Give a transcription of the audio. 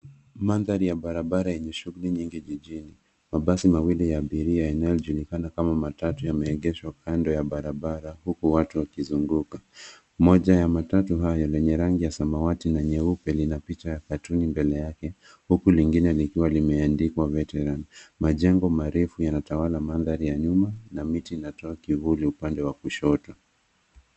Mandhari ya barabara yenye shughuli nyingi jijini. Mabasi mawili ya abiria yanayojulikana kama matatu yameegeshwa kando ya barabara, huku watu wakizunguka. Moja ya matatu hayo lenye rangi ya samawati na nyeupe lina picha ya katuni mbele yake huku lingine likiwa limeandikwa Veteran. Majengo marefu yanatawala mandhari ya nyuma na miti inatoa kivuli upande wa kushoto.